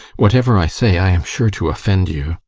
whatever i say, i am sure to offend you.